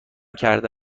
کرده